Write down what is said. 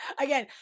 Again